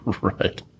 Right